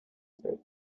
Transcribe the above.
set